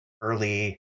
early